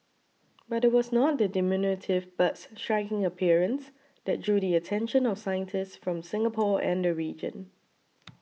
but it was not the diminutive bird's striking appearance that drew the attention of scientists from Singapore and the region